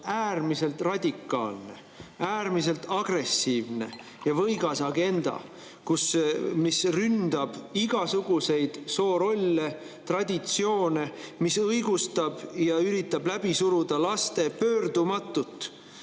äärmiselt radikaalne, agressiivne ja võigas agenda, mis ründab igasuguseid soorolle ja traditsioone, mis õigustab ja üritab läbi suruda laste pöördumatut